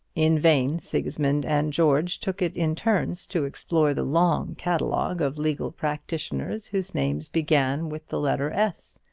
in vain sigismund and george took it in turn to explore the long catalogue of legal practitioners whose names began with the letter s.